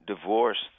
divorced